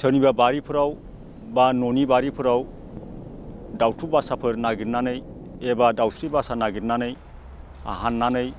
सोरनिबा बारिफोराव बा न'नि बारिफोराव दाउथु बासाफोर नागिरनानै एबा दावस्रि बासा नागिरनानै हाननानै